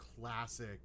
classic